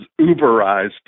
Uberized